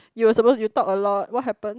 you will suppose to talk a lot what happen